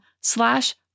slash